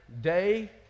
day